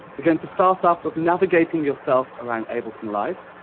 ah going to start off with navigating yourself around ableton live.